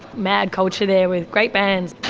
mad culture there with great bands.